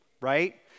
right